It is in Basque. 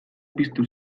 piztu